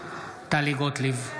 טלי גוטליב,